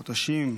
חודשים,